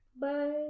Bye